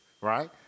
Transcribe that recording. right